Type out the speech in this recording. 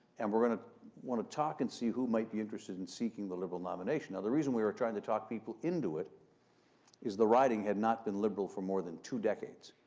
and we're going to want to talk and see who might be interested in seeking the liberal nomination. now, the reason we were trying to talk people into it is the riding had not been liberal for more than two decades.